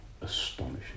astonishing